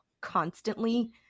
constantly